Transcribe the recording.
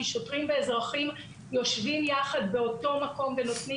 כי שוטרים ואזרחים יושבים יחד באותו מקום ונותנים